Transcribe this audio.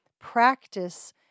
practice